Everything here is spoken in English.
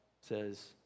says